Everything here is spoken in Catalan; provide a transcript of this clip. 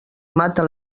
mata